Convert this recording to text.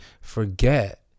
forget